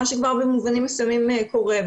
מה שכבר במובנים מסוימים קורה.